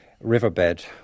riverbed